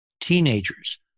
teenagers